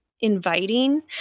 inviting